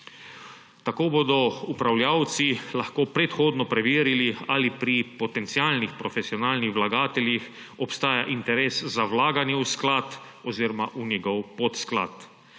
Tako bodo upravljavci lahko predhodno preverili, ali pri potencialnih profesionalnih vlagateljih obstaja interes za vlaganje v sklad oziroma v njegov podsklad.